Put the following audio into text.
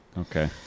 Okay